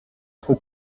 trop